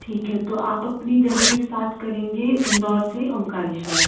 ठीक है तो आप अपनी जर्नी स्टार्ट करेंगे इंदौर से ओंकारेश्वर